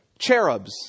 cherubs